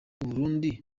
burundi